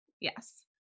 Yes